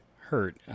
hurt